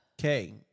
Okay